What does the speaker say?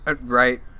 Right